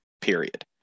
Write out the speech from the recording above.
period